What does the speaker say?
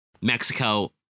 Mexico